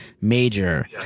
major